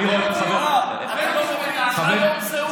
אתה לא מבין שהיום זה הוא ומחר זה יכול להיות אתה?